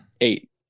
Eight